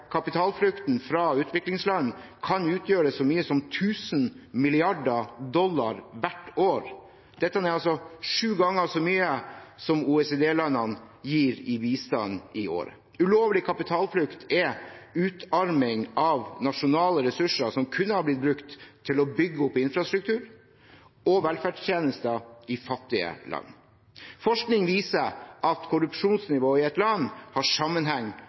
kapitalflukten fra utviklingsland kan utgjøre så mye som 1 000 milliarder dollar hvert år. Dette er altså sju ganger så mye som OECD-landene gir i bistand i år. Ulovlig kapitalflukt er utarming av nasjonale ressurser som kunne ha blitt brukt til å bygge opp infrastruktur og velferdstjenester i fattige land. Forskning viser at korrupsjonsnivået i et land har sammenheng